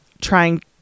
trying